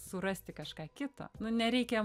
surasti kažką kitą nu nereikia